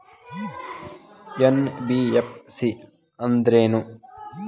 NBFC ಅಂದ್ರೇನು?